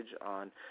on